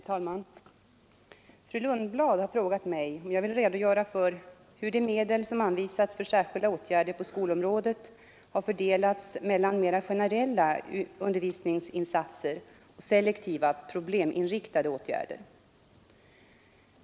Herr talman! Fru Lundblad har frågat mig, om jag vill redogöra för hur de medel som anvisats för särskilda åtgärder på skolområdet har fördelats mellan mer generella undervisningsinsatser och selektiva, probleminriktade åtgärder.